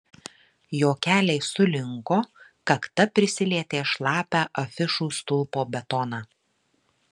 jo keliai sulinko kakta prisilietė šlapią afišų stulpo betoną